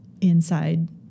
inside